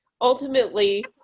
ultimately